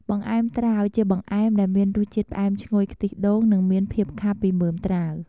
បង្អែមត្រាវ ជាបង្អែមដែលមានរសជាតិផ្អែមឈ្ងុយខ្ទិះដូង និងមានភាពខាប់ពីមើមត្រាវ។